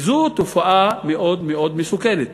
וזו תופעה מאוד מאוד מסוכנת.